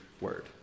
word